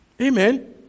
Amen